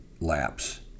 lapse